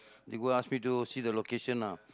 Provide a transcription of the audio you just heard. they go ask me to see the location ah